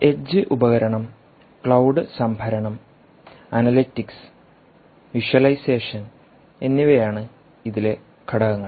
edge ഉപകരണം cloud സംഭരണം analytics visualisation എന്നിവയാണ് ഇതിലെ ഘടകങ്ങൾ